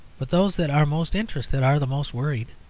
but those that are most interested are the most worried.